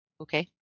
Okay